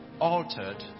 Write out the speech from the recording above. altered